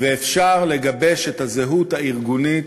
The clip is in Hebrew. ואפשר לגבש את הזהות הארגונית,